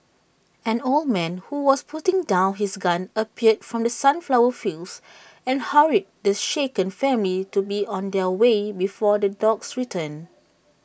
an old man who was putting down his gun appeared from the sunflower fields and hurried the shaken family to be on their way before the dogs return